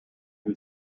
who